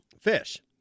fish